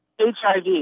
HIV